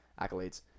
accolades